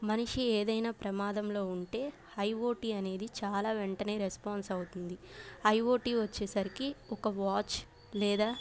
మనిషి ఏదైనా ప్రమాదంలో ఉంటే ఐఓటీ అనేది చాలా వెంటనే రెస్పాన్స్ అవుతుంది ఐఓటీ వచ్చేసరికి ఒక వాచ్ లేదా